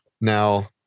Now